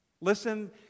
Listen